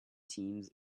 teams